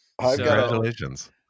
Congratulations